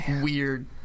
weird